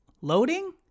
loading